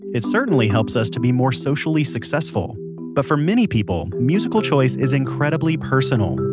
it certainly helps us to be more socially successful but for many people, musical choice is incredibly personal.